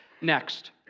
next